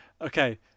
Okay